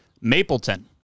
Mapleton